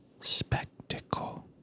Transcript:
spectacle